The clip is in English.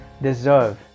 deserve